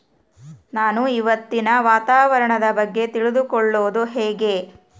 ನಾನು ಇವತ್ತಿನ ವಾತಾವರಣದ ಬಗ್ಗೆ ತಿಳಿದುಕೊಳ್ಳೋದು ಹೆಂಗೆ?